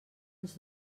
ens